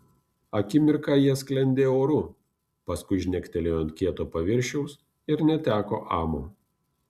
akimirką ji sklendė oru paskui žnektelėjo ant kieto paviršiaus ir neteko amo